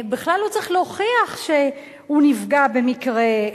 בכלל הוא צריך להוכיח שהוא נפגע במקרה,